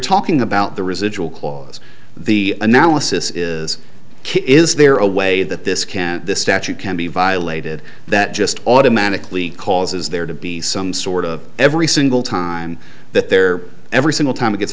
talking about the residual cause the analysis is king is there a way that this can this statute can be violated that just automatically causes there to be some sort of every single time that there every single time it gets